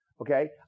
Okay